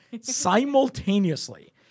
simultaneously